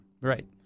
right